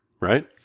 right